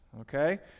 okay